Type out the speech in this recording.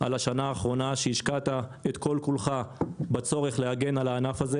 על השנה האחרונה שהשקעת את כל כולך בצורך להגן על הענף הזה